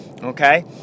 okay